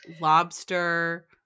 lobster